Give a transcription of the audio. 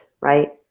right